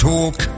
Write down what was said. Talk